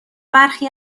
برخی